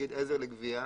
תאגיד עזר לגבייה,